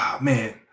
Man